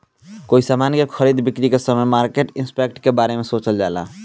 कोई समान के खरीद बिक्री के समय मार्केट इंपैक्ट के बारे सोचल जाला